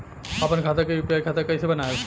आपन खाता के यू.पी.आई खाता कईसे बनाएम?